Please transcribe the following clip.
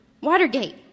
Watergate